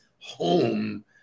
home